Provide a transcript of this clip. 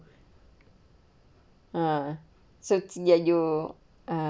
uh so ya you